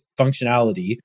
functionality